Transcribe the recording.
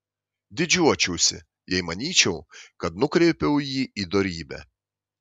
didžiuočiausi jei manyčiau kad nukreipiau jį į dorybę